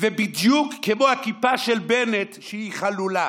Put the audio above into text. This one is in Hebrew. ובדיוק כמו הכיפה של בנט, שהיא חלולה.